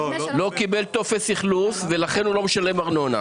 לא קיבל טופס אכלוס, ולכן הוא לא משלם ארנונה.